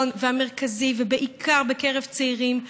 ובעיקר בקרב צעירים,